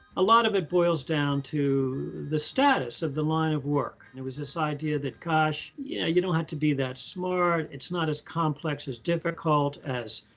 a lot of it boils down to the status of the line of work. there was this idea that, gosh, yeah you don't have to be that smart. it's not as complex, as difficult as,